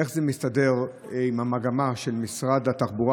איך זה מסתדר עם המגמה של משרד התחבורה